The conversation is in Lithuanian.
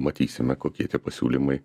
matysime kokie tie pasiūlymai